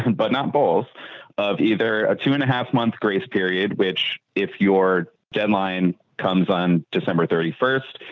and but not both of either a two and a half month grace period, which if your deadline comes on december thirty first,